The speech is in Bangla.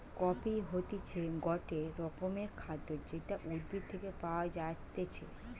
কফি হতিছে গটে রকমের খাদ্য যেটা উদ্ভিদ থেকে পায়া যাইতেছে